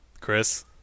Chris